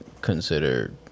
consider